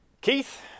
Keith